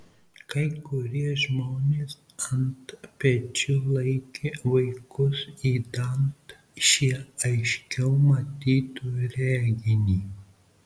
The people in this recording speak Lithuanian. kai kurie žmonės ant pečių laikė vaikus idant šie aiškiau matytų reginį